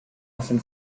often